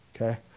Okay